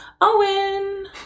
Owen